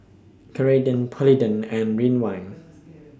Ceradan Polident and Ridwind